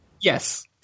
yes